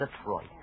Detroit